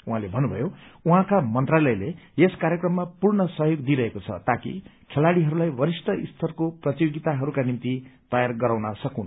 उहाँले भन्नुभयो उहाँका मन्त्रालयले यस कार्यक्रममा पूर्ण सहयोग दिइरहेको छ ताकि खेलाड़ीहरूलाई वरिष्ठ स्तरको प्रतियोगिताहरूका निम्ति तयार गराउन सकून्